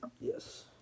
Yes